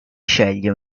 sceglie